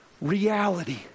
reality